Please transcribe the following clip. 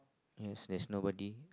yes there is nobody